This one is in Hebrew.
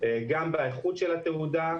גם באיכות התעודה,